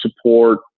support